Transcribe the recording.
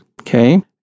Okay